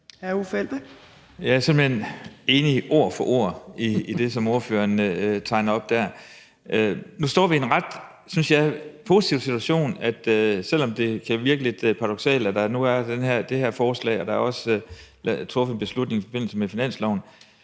Jeg er simpelt hen ord for ord enig i det, som ordføreren tegner op der. Nu står vi i en ret, synes jeg, positiv situation, selv om det kan virke lidt paradoksalt, at der nu er det her forslag, og at der også er truffet beslutning i forbindelse med finansloven.